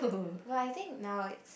but I think now